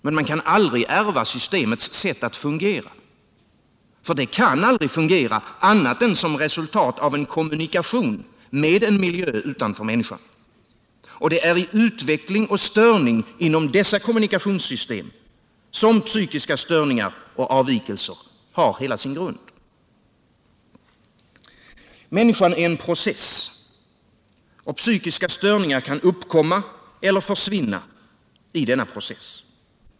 Men man kan aldrig ärva systemets sätt att fungera, för det kan aldrig fungera annat än som resultat av en kommunikation med en miljö utanför människan. Och det är i utveckling och störning inom dessa kommunikationssystem som psykiska störningar och avvikelser har hela sin grund. Människan är en process. Psykiska störningar kan uppkomma eller försvinna i denna process.